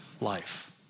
life